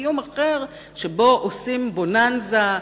וקיום אחר שבו עושים בוננזה,